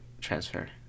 transfer